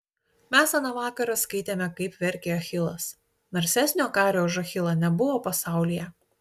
mes aną vakarą skaitėme kaip verkė achilas narsesnio kario už achilą nebuvo pasaulyje